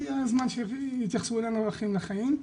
אלא הגיע הזמן שיתייחסו אלינו כאחים לחיים,